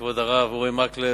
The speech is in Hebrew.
כבוד הרב אורי מקלב,